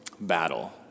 battle